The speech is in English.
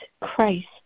Christ